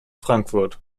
frankfurt